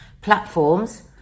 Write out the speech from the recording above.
platforms